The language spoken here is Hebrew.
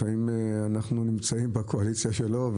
לפעמים אנחנו נמצאים בקואליציה שלו,